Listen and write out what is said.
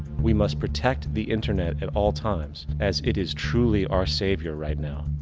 we must protect the internet at all times, as it is truly our savior right now.